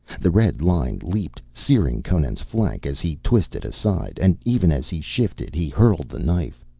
the red line leaped, searing conan's flank as he twisted aside, and even as he shifted he hurled the knife.